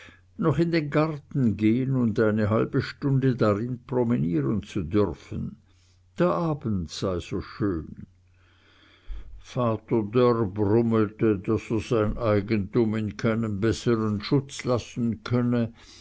noch in den garten gehn und eine halbe stunde darin promenieren zu dürfen der abend sei so schön vater dörr brummelte daß er sein eigentum in keinem beßren schutz lassen könne